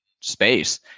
space